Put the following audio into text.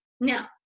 Now